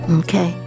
okay